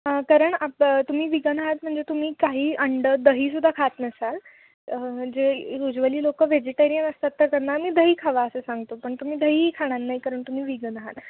हां कारण आप तुम्ही विगन आहात म्हणजे तुम्ही काही अंडं दही सुद्धा खात नसाल म्हणजे युजुअली लोक व्हेजिटेरियन असतात तर त्यांना आम्ही दही खावा असं सांगतो पण तुम्ही दहीही खाणार नाही कारण तुम्ही व विगन आहात